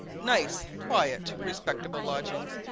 nice, quiet, respectable lodgings.